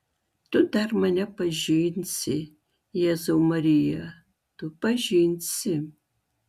tu dar mane pažinsi jėzau marija tu pažinsi